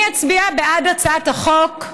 אני אצביע בעד הצעת החוק,